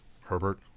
Herbert